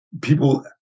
people